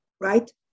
right